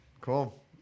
Cool